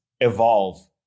evolve